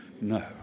No